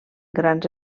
grans